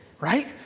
right